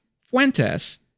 Fuentes